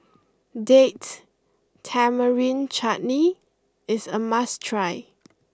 Date Tamarind Chutney is a must try